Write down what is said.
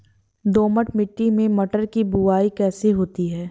दोमट मिट्टी में मटर की बुवाई कैसे होती है?